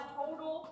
total